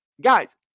Guys